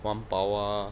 环保啊